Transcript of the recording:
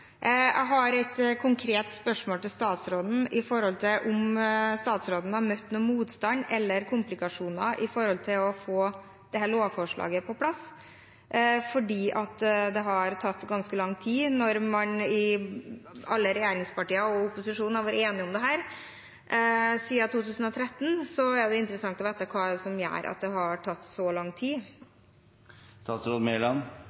Jeg har et konkret spørsmål til statsråden: Har statsråden møtt noen motstand eller komplikasjoner for å få dette lovforslaget på plass? Det har jo tatt ganske lang tid, og når både regjeringspartiene og opposisjonen har vært enige om det siden 2013, er det interessant å vite hva det er som gjør at det har tatt så lang